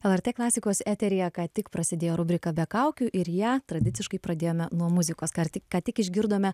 el er t klasikos eteryje ką tik prasidėjo rubrika be kaukių ir ją tradiciškai pradėjome nuo muzikos karti ką tik išgirdome